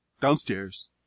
Downstairs